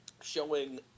showing